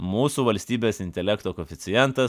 mūsų valstybės intelekto koeficientas